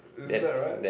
isn't that right